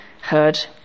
heard